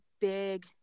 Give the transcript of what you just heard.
big